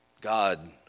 God